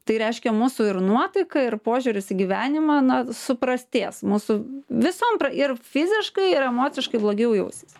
tai reiškia mūsų ir nuotaika ir požiūris į gyvenimą na suprastės mūsų visom ir fiziškai ir emociškai blogiau jausies